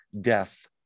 death